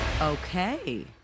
Okay